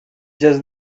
just